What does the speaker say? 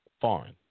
foreign